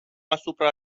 asupra